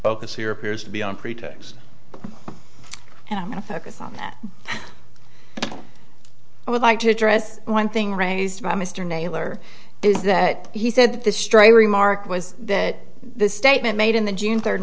focus here appears to be on pretext and i'm going to focus on that i would like to address one thing raised by mr naylor is that he said that the stray remark was that the statement made in the june third